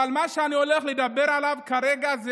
אבל מה שאני הולך לדבר עליו כרגע זה